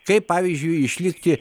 kaip pavyzdžiui išlikti